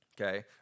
okay